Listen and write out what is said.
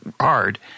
hard